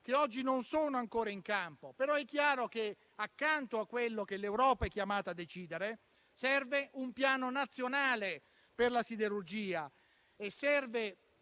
che oggi non sono ancora in campo. Però è chiaro che, accanto a quello che l'Europa è chiamata a decidere, serve un piano nazionale per la siderurgia e serve